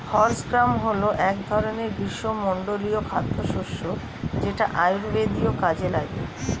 horse gram হল এক ধরনের গ্রীষ্মমণ্ডলীয় খাদ্যশস্য যেটা আয়ুর্বেদীয় কাজে লাগে